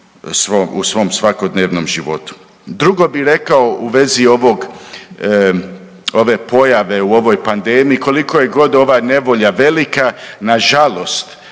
u svom svakodnevnom životu. Drugo bi rekao u vezi ovog, ove pojave u ovoj pandemiji koliko je god ova nevolja velika nažalost